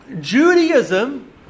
Judaism